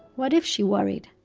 what if, she worried,